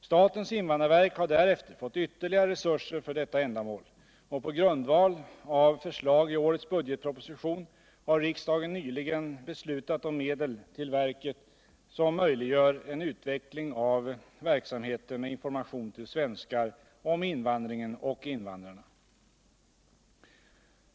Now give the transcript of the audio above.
Statens invandrarverk har därefter fått ytterligare resurser för detta ändamål, och på grundval av förslag i årets budgetproposition har riksdagen nyligen beslutat om medel till verket, som möjliggör en utveckling av verksamheten med information till svenskar om invandringen och invandrarna.